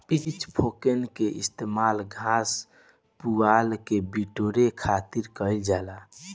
pitch fork के इस्तेमाल घास, पुआरा के बटोरे खातिर कईल जाला